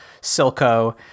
Silco